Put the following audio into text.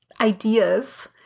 ideas